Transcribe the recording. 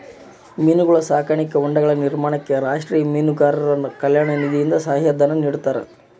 ಮೀನು ಸಾಕಾಣಿಕಾ ಹೊಂಡಗಳ ನಿರ್ಮಾಣಕ್ಕೆ ರಾಷ್ಟೀಯ ಮೀನುಗಾರರ ಕಲ್ಯಾಣ ನಿಧಿಯಿಂದ ಸಹಾಯ ಧನ ನಿಡ್ತಾರಾ?